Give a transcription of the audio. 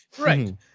Right